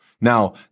Now